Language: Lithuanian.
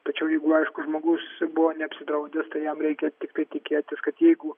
tačiau jeigu aišku žmogus buvo neapsidraudęs tai jam reikia tiktai tikėtis kad jeigu